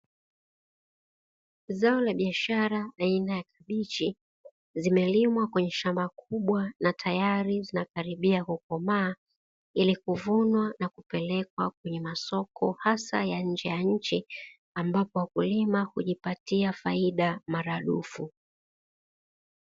Zao la biashara aina ya kabichi zimelimwa kwenye shamba kubwa na tayari zinakaribia kukomaa ili kuvunwa na kupelekwa kwenye masoko hasa ya nje ya nchi, ambapo wakulima hujipatia faida maradufu.